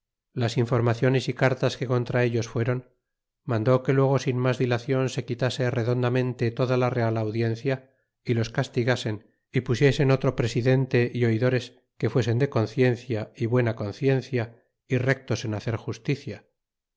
las informaciones y cartas que contra ellos fueron mandó que luego sin mas dilacion se quitase redondamente toda la real audiencia y los castigasen y pusiesen otro presidente oidores que fuesen de ciencia y buena conciencia y rectos en hacer justicia